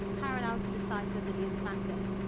parallel to the side pavillion facet,